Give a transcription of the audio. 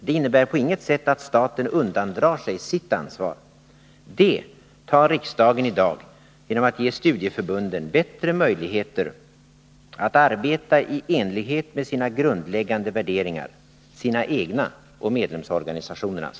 Det innebär på inget sätt att staten undandrar sig sitt ansvar. Det tar riksdagen i dag genom att ge studieförbunden bättre möjligheter att arbeta i enlighet med sina grundläggande värderingar, sina egna och medlemsorganisationernas.